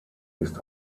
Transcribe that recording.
ist